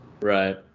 Right